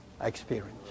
experience